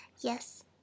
yes